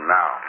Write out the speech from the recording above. now